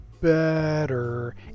better